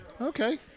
Okay